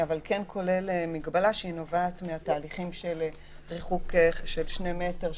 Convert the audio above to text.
אבל כן כולל מגבלה שנובעת מהתהליכים של ריחוק של שני מטרים,